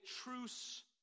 truce